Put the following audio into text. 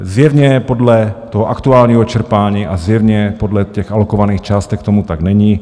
Zjevně podle toho aktuálního čerpání a zjevně podle těch alokovaných částek tomu tak není.